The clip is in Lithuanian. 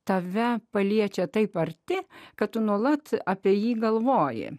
tave paliečia taip arti kad tu nuolat apie jį galvoji